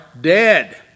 dead